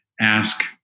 ask